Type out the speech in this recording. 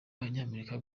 abanyamerika